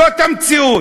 זאת המציאות.